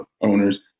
owners